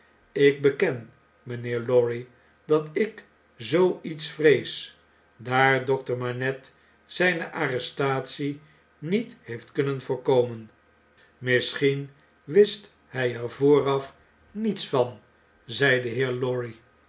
ik beken mynheer lorry dat ik zoo iets vrees daar dokter manette zijne arrfestatie niet heeft kunnen voorkomen amisschien wist hg er vooraf niets van zei de heer lorry